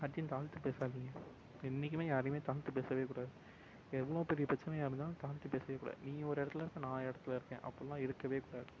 யார்கிட்டையும் தாழ்த்திப் பேசாதீங்க என்றைக்குமே யாரையுமே தாழ்த்திப் பேசவேக்கூடாது எவ்வளோப் பெரிய பிரச்சினையா இருந்தாலும் தாழ்த்திப் பேசவேக்கூடாது நீ ஒரு இடத்துல இருக்கே நான் ஒரு இடத்துல இருக்கேன் அப்புடிலாம் இருக்கவேக்கூடாது